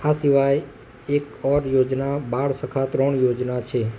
આ સિવાય એક ઔર યોજના બાળસખા ત્રણ યોજના છે